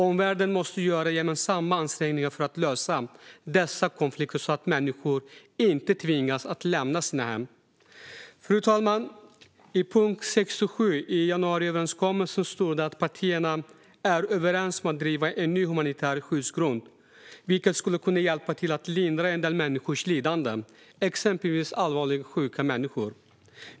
Omvärlden måste göra gemensamma ansträngningar för att lösa dessa konflikter så att människor inte tvingas att lämna sina hem. Fru talman! I punkt 67 i januariöverenskommelsen står det att partierna är överens om att driva en ny humanitär skyddsgrund, vilket skulle kunna hjälpa till att lindra en del människors lidande, exempelvis allvarligt sjuka människor.